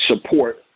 support